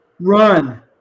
Run